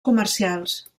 comercials